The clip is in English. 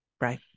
Right